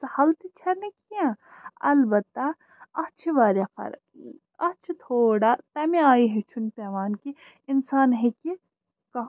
سہل تہِ چھَنہٕ کیٚنٛہہ البتہ اَتھ چھِ واریاہ فرق اَتھ چھِ تھوڑا تَمہِ آیہِ ہیٚچھُن پیٚوان کہِ اِنسان ہیٚکہِ کانٛہہ